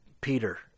Peter